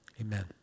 amen